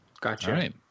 Gotcha